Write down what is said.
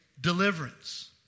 deliverance